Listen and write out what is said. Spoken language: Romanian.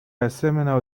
asemenea